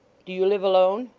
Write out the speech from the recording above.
do you live alone